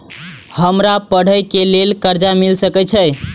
हमरा पढ़े के लेल कर्जा मिल सके छे?